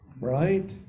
right